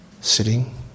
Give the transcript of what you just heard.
sitting